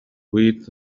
with